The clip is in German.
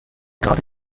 gerade